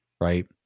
right